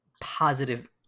positive